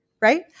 right